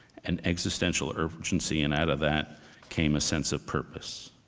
an existential urgency, and out of that came a sense of purpose.